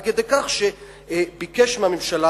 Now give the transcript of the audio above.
עד כדי כך שהוא ביקש מהממשלה,